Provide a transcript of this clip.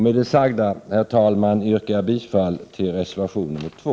Med det sagda, herr talman, yrkar jag bifall till reservation nr 2.